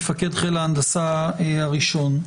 מפקד חיל ההנדסה הראשון,